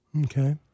Okay